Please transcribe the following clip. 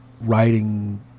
writing